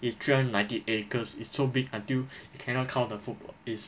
it's three hundred and ninety acres it's so big until it cannot count the football it's